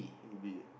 to be ah